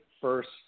first